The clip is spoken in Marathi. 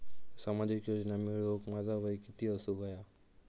सामाजिक योजना मिळवूक माझा वय किती असूक व्हया?